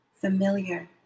familiar